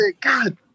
God